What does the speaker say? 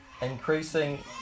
increasing